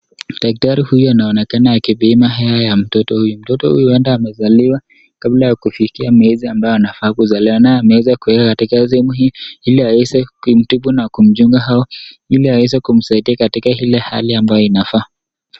Daktari huyu anaonekana akipima hewa ya mtoto huyu, mtoto huyu huenda amezaliwa kabla ya kufikia miezi ambayo anafaa kuzaliwa nayo, ndo maana ameweza kuwekwa katika sehemu hii ili aweze kumtibu na kumchunga au ili aweze kumsaidia katika ile hali ambayo inafaa.